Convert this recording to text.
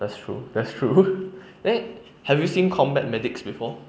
that's true that's true then have you seen combat medics before